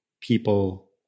people